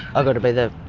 i gotta be the